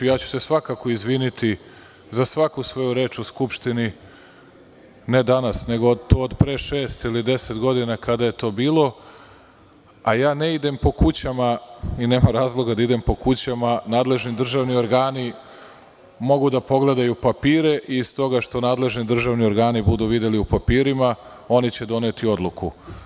Svakako ću se izviniti za svaku svoju reč u Skupštini, ne danas, nego od pre šest ili deset godina, kada je to bilo, ali ja ne idem po kućama i nema razloga da idem po kućama, jer nadležni državni organi mogu da pogledaju papire i iz toga što nadležni državni organi budu videli u papirima, oni će doneti odluku.